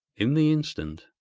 in the instant,